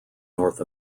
north